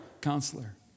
counselor